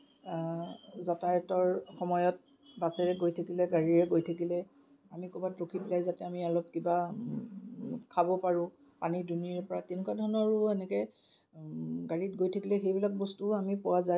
যাতায়তৰ সময়ত বাছেৰে গৈ থাকিলে গাড়ীৰে গৈ থাকিলে আমি ক'ৰবাত ৰখি পেলাই যাতে আমি অলপ কিবা খাব পাৰোঁ পানী দুনিৰেপৰা তেনেকুৱা ধৰণৰ আৰু এনেকৈ গাড়ীত গৈ থাকিলে সেইবিলাক বস্তুও আমি পোৱা যায়